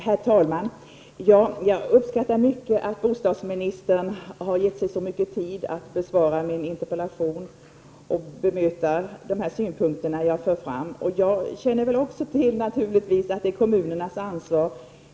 Herr talman! Jag uppskattar mycket att bostadsministern har tagit sig så mycket tid att besvara min interpellation och bemöta de synpunkter som jag för fram. Jag känner naturligtvis också till att kommunerna har ansvaret.